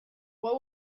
what